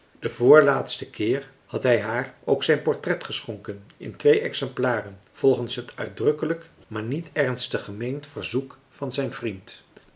den voorlaatsten keer had hij haar ook zijn portret geschonken in twee exemplaren volgens het uitdrukkelijk maar niet ernstig gemeend verzoek van zijn vriend